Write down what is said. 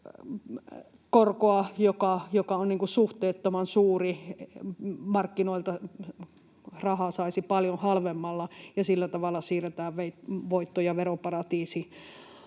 korkoa, joka on suhteettoman suuri, niin että markkinoilta rahaa saisi paljon halvemmalla, ja sillä tavalla siirretään voittoja veroparatiisimaihin.